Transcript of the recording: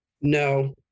no